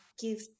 give